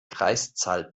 kreiszahl